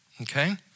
okay